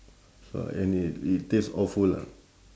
so I and it it taste awful ah